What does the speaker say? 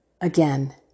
again